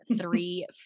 three